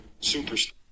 superstar